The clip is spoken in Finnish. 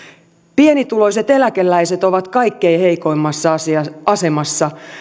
pienituloiset eläkeläiset ovat kaikkein heikoimmassa asemassa